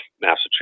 Massachusetts